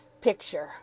PICTURE